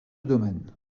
domaine